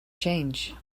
change